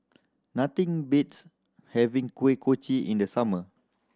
nothing beats having Kuih Kochi in the summer